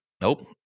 Nope